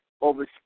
over